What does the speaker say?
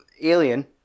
Alien